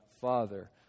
Father